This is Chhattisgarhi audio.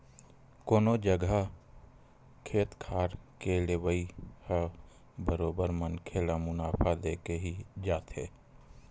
कोनो जघा खेत खार के लेवई ह बरोबर मनखे ल मुनाफा देके ही जाथे